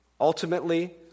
ultimately